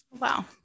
Wow